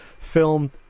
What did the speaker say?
filmed